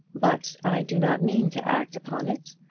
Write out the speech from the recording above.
but i do not mean to act upon it.